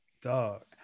Dog